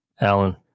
Alan